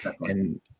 and-